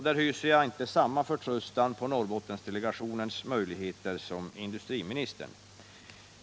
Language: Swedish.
Där hyser jag inte samma förtröstan på Norrbottensdelegationens möjligheter som industriministern.